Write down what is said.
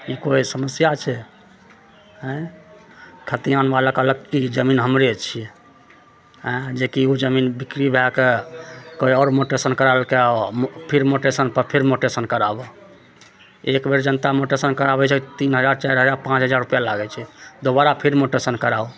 ई कोइ समस्या छै आँइ खतिहानवला कहलक की जमीन हमरे छियै आँइ जेकि ओ जमीन बिक्री भएके कोइ आओर मोटेशन करा लेलकइ फिर मोटेशनपर फिर मोटेशन कराबय एक बेर जनता मोटेशन कराबय छै तीन हजार चारि हजार पाँच हजार रूपैआ लागय छै दुबारा फिर मोटेशन कराउ